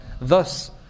Thus